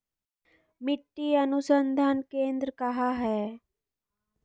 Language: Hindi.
मिट्टी अनुसंधान केंद्र कहाँ है?